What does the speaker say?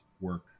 work